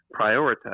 prioritize